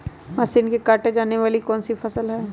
Machine से काटे जाने वाली कौन सी फसल है?